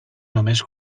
només